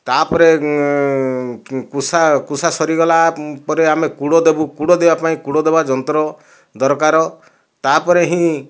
ତାପରେ କୁସା କୁସା ସରିଗଲା ପରେ ଆମେ କୁଡ଼ ଦେବୁ କୁଡ଼ ଦେବାପାଇଁ କୁଡ଼ ଦେବା ଯନ୍ତ୍ର ଦରକାର ତାପରେ ହିଁ